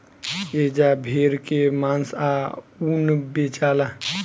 एजा भेड़ के मांस आ ऊन बेचाला